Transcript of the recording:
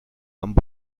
amb